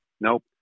nope